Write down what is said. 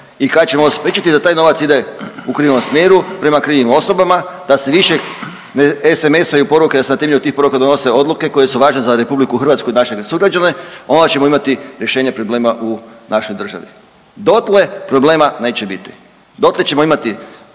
I kad ćemo spriječiti da taj novac ide u krivom smjeru prema krivim osobama da se više ne SMS-aju poruke da se na temelju tih poruka donose odluke koje su važne za Republiku Hrvatsku i naše sugrađane onda ćemo imati rješenje problema u našoj državi. Dotle problema neće biti, dotle ćemo imati